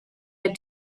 had